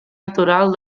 natural